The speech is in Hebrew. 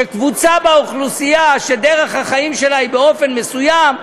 שקבוצה באוכלוסייה שדרך החיים שלה היא באופן מסוים,